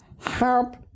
help